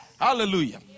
Hallelujah